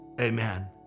amen